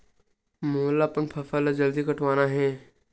मोला अपन फसल ला जल्दी कटवाना हे?